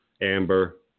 Amber